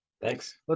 Thanks